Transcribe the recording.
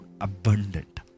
abundant